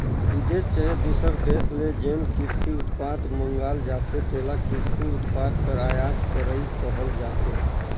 बिदेस चहे दूसर देस ले जेन किरसी उत्पाद मंगाल जाथे तेला किरसी उत्पाद कर आयात करई कहल जाथे